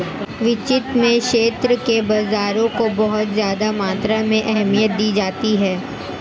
वित्त के क्षेत्र में बाजारों को बहुत ज्यादा मात्रा में अहमियत दी जाती रही है